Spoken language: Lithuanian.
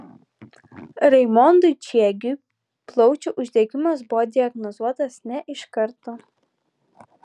raimondui čiegiui plaučių uždegimas buvo diagnozuotas ne iš karto